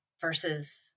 versus